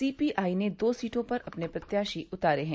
CPI ने दो सीटों पर अपने प्रत्याशी उतारे हैं